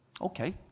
Okay